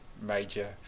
major